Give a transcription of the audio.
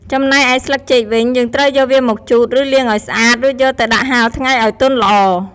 ចំណែកឯស្លឹកចេកវិញ យើងត្រូវយកវាមកជូត ឬលាងឱ្យស្អាត រួចយកទៅដាក់ហាលថ្ងៃឱ្យទន់ល្អ។